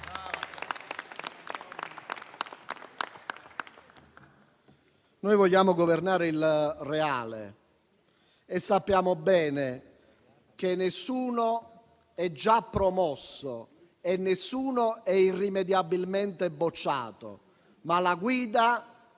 Noi vogliamo governare il reale e sappiamo bene che nessuno è già promosso e nessuno è irrimediabilmente bocciato. Ma la guida è